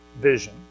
vision